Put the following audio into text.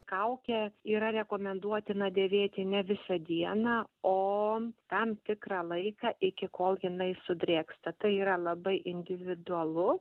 kaukę yra rekomenduotina dėvėti ne visą dieną o tam tikrą laiką iki kol jinai sudrėksta tai yra labai individualu